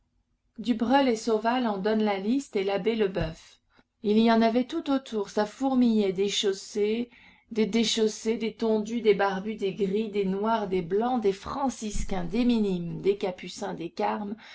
du breul et sauval en donnent la liste et l'abbé lebeuf il y en avait tout autour ça fourmillait des chaussés des déchaussés des tondus des barbus des gris des noirs des blancs des franciscains des minimes des capucins des carmes